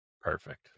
Perfect